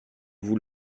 vous